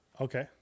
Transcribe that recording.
Okay